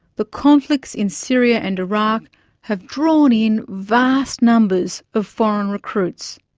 the conflicts in syria and iraq have drawn in vast numbers of foreign recruits,